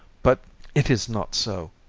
but it is not so.